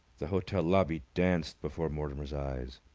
the hotel lobby danced before mortimer's eyes.